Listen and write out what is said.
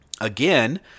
Again